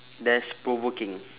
dash provoking